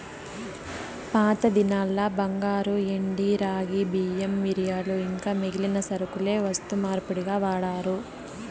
పాతదినాల్ల బంగారు, ఎండి, రాగి, బియ్యం, మిరియాలు ఇంకా మిగిలిన సరకులే వస్తు మార్పిడిగా వాడారు